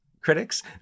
critics